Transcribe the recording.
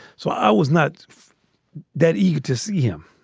so i was not that eager to see him.